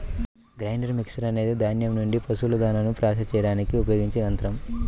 grinder mixer అనేది ధాన్యం నుండి పశువుల దాణాను ప్రాసెస్ చేయడానికి ఉపయోగించే యంత్రం